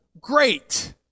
great